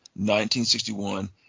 1961